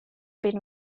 been